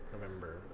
November